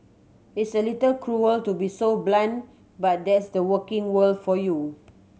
it's a little cruel to be so blunt but that's the working world for you